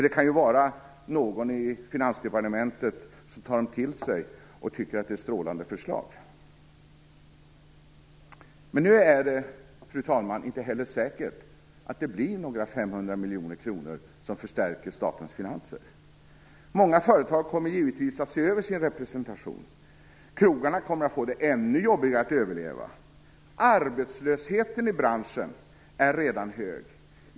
Det kan ju finnas någon i Finansdepartementet som tar det till sig och tycker att det är ett strålande förslag. Fru talman! Nu är det heller inte säker att det blir några 500 miljoner kronor som förstärker statens finanser. Många företag kommer givetvis att se över sin representation. Krogarna kommer att få det ännu jobbigare att överleva. Arbetslösheten i branschen är redan hög.